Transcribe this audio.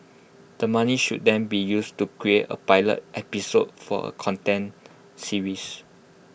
the money should then be used to create A pilot episode for A content series